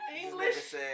English